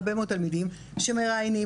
הרבה מאוד תלמידים שמראיינים,